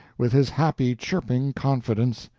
with his happy, chirping confidence.